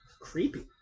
Creepy